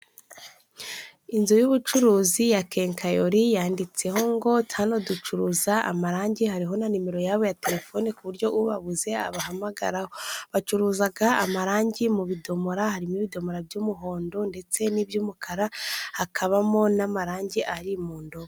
Inzu y'ubucuruzi ya kekayori yanditseho ngo hano ducuruza amarangi, hariho na nimero yabo ya telefone ku buryo ubabuze abahamagara ho. Bacuruzaga amarangi mu bidomora harimo ibidomora by'umuhondo ndetse n'iby'umukara, hakabamo n'amarange ari mu ndobo.